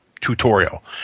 tutorial